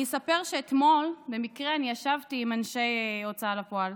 אני אספר שאתמול ישבתי במקרה עם אנשי ההוצאה לפועל.